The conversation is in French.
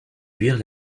luire